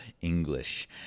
English